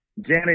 Janet